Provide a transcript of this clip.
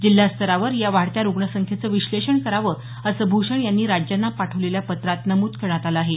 जिल्हास्तरावर या वाढत्या रूग्णसंख्येचं विश्लेषण करावं असं भूषण यांनी राज्यांना पाठवलेल्या पत्रात नमूद करण्यात आलं आहे